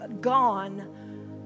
gone